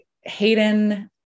Hayden